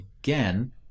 again